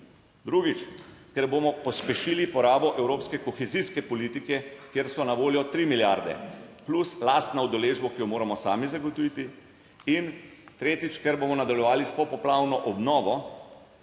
drugič, ker bomo pospešili porabo evropske kohezijske politike, kjer so na voljo tri milijarde plus lastno udeležbo, ki jo moramo sami zagotoviti in tretjič, ker bomo nadaljevali s popoplavno obnovo.